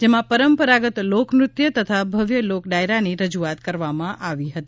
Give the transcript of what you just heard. જેમાં પરંપરાગત લોકનૃત્યો તથા ભવ્ય લોકડાયરાની રજૂઆત કરવામાં આવી હતી